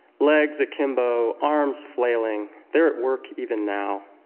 legs akimbo, arms flailing, they're at work even now.